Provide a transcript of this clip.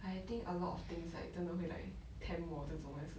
I think a lot of things like don't know 会 like tempt 我这种也是